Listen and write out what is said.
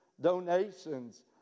donations